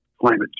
climate